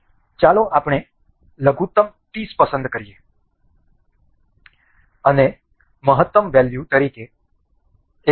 ચાલો આપણે લઘુત્તમ 30 પસંદ કરીએ અને મહત્તમ વેલ્યુ તરીકે 180